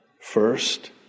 First